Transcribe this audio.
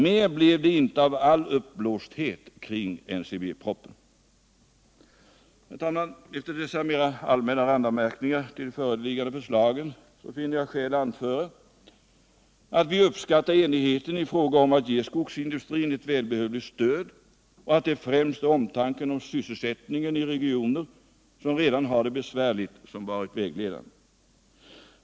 Mer blev det inte av all uppblåsthet omkring NCB-propositionen. Herr talman! Efter dessa mera allmänna randanmärkningar till de föreliggande förslagen finner jag skäl anföra, att vi uppskattar enigheten i frågan om att ge skogsindustrin ett välbehövligt stöd och att det främst är omtanken om sysselsättningen i regioner, som redan har det besvärligt, som varit vägledande.